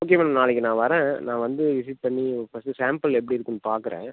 okay madam நாளைக்கு நான் வரேன் நான் வந்து விசிட் பண்ணி ஃபஸ்ட்டு சாம்பிள் எப்படி இருக்குதுனு பார்க்குறேன்